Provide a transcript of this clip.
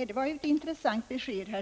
Herr talman! Det var ju ett intressant besked.